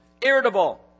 Irritable